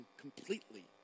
completely